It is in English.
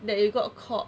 that you got caught